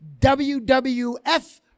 WWF